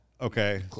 okay